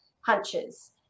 hunches